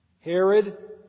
Herod